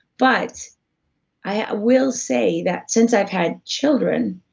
but i will say that since i've had children,